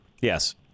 Yes